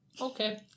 Okay